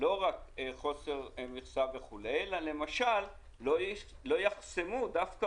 לא רק חוסר מכסה וכולי אלא למשל לא יחסמו דווקא